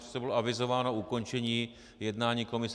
Sice bylo avizováno ukončení jednání komise.